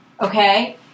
okay